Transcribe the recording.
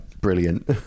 Brilliant